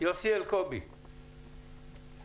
יוסי אלקובי, בבקשה.